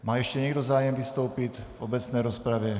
Má ještě někdo zájem vystoupit v obecné rozpravě?